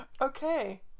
okay